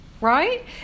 right